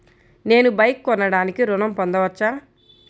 నేను బైక్ కొనటానికి ఋణం పొందవచ్చా?